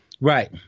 right